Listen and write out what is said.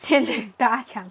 天天大枪